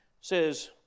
says